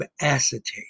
acetate